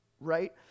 right